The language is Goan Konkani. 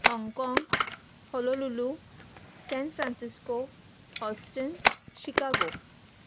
हॉगकाँग Honolulu San Francisco Houston Chicago